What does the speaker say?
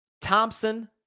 Thompson